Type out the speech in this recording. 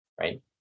right